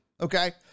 Okay